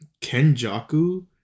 Kenjaku